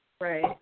Right